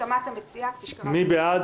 בהסכמת המציעה כפי -- מי בעד?